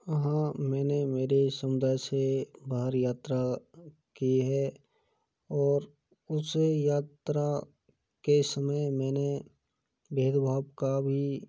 हाँ मेने मेरे समुदाय से बाहर यात्रा की है और उस यात्रा के समय मैंने भेदभाव का भी